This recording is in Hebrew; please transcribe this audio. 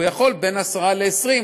הוא יכול בין פי-10 ל-פי-20,